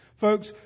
Folks